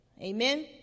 Amen